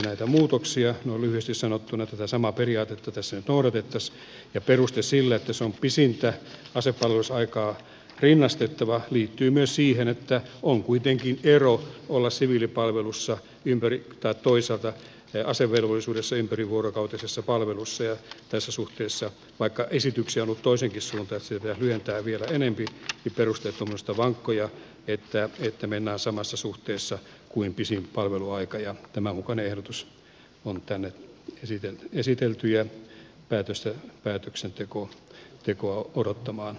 noin lyhyesti sanottuna tätä samaa periaatetta tässä nyt noudatettaisiin ja peruste sille että se on pisimpään asepalvelusaikaan rinnastettava liittyy myös siihen että on kuitenkin ero olla siviilipalveluksessa tai toisaalta asevelvollisuudessa ympärivuorokautisessa palveluksessa ja tässä suhteessa vaikka esityksiä on ollut toiseenkin suuntaan että sitä pitäisi lyhentää vielä enempi perusteet ovat minusta vankkoja että mennään samassa suhteessa kuin pisin palvelusaika ja tämän mukainen ehdotus on tänne tuotu päätöksentekoa odottamaan